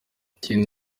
ikindi